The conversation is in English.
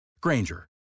Granger